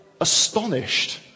astonished